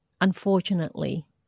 unfortunately